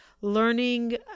learning